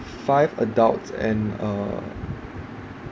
five adults and uh